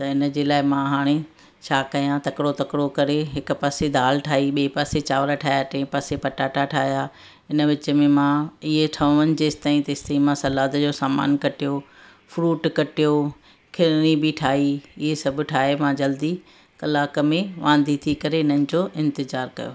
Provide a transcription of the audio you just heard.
त इनजे लाइ मां हाणे छा कया तकिड़ो तकिड़ो करे हिकु पासे दालि ठाही ॿिए पासे चांवर ठाहिया टे पासे पटाटा ठाहिया इन विच में मां इहे ठहनि जेसि तईं तेसि तईं मां सलाद जो सामान कटियो फ्रूट कटियो खीरणी बि ठाही इहे सभु ठाहे मां जल्दी कलाकु में वांदी थी करे इन्हनि जो इंतिजार कयो